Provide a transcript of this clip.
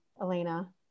Elena